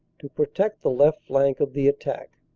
to protect the left flank of the attack.